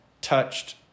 touched